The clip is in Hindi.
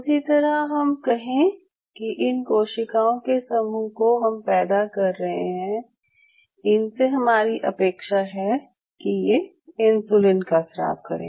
उसी तरह अगर हम कहें कि इन कोशिकाओं के समूह को हम पैदा कर रहे हैं इनसे हमारी अपेक्षा है कि ये इन्सुलिन का स्राव करें